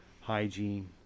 hygiene